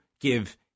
Give